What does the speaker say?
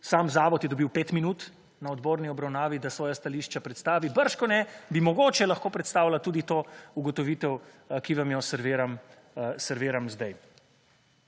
Sam zavod je dobil pet minut na odborni obravnavi, da svoja stališča predstavi. Bržkone bi mogoče lahko predstavila tudi to ugotovitev, ki vam jo serviram zdaj.